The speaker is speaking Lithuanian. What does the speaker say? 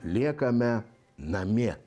liekame namie